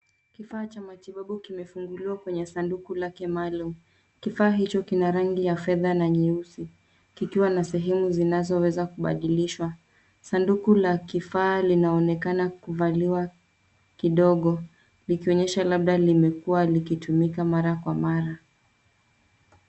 Kifaa cha matibabu kimefunguliwa kwenye sanduku lake maalum. Kifaa hicho kina rangi ya fedha na nyeusi kikiwa na sehemu zinazoweza kubadilishwa. Sanduku la kifaa linaonekana kuvaliwa kidogo likionyesha labda limekuwa likitumika mara kwa mara.